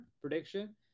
prediction